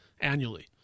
annually